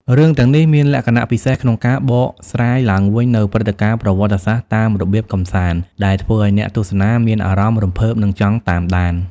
រឿងទាំងនេះមានលក្ខណៈពិសេសក្នុងការបកស្រាយឡើងវិញនូវព្រឹត្តិការណ៍ប្រវត្តិសាស្ត្រតាមរបៀបកម្សាន្ត ដែលធ្វើឲ្យអ្នកទស្សនាមានអារម្មណ៍រំភើប និងចង់តាមដាន។